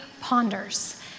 ponders